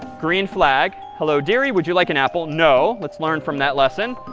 green flag. hello dearie, would you like an apple? no, let's learn from that lesson.